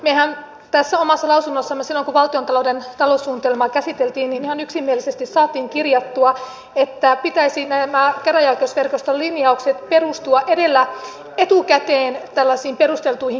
mehän tässä omassa lausunnossamme silloin kun valtiontalouden taloussuunnitelmaa käsiteltiin ihan yksimielisesti saimme kirjattua että pitäisi näiden käräjäoikeusverkoston linjauksien perustua etukäteen tällaisiin perusteltuihin kriteereihin